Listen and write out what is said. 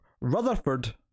rutherford